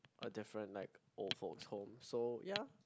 a different like old folks home so ya